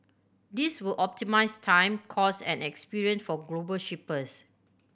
this will optimise time cost and experience for global shippers